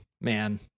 man